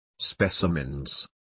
specimens